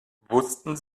wussten